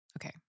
Okay